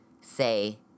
say